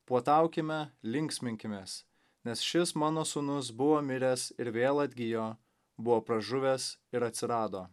puotaukime linksminkimės nes šis mano sūnus buvo miręs ir vėl atgijo buvo pražuvęs ir atsirado